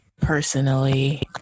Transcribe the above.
personally